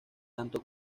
tanto